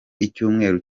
icyumweru